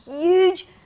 huge